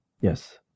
Yes